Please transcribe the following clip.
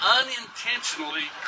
unintentionally